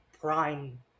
prime